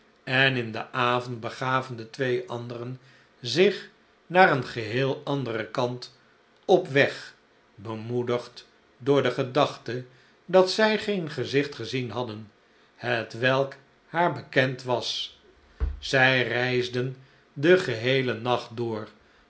en in den avond begaven de twee anderen zich naar een geheel anderen kant op weg bemoedigd door de gedachte dat zij geen gezicht gezien hadden hetwelk haar bekend was zij reisden den geheelen nacht door